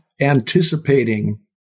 anticipating